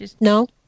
No